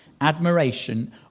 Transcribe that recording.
Admiration